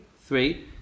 Three